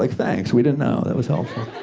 like thanks, we didn't know. that was helpful.